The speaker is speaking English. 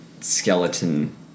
skeleton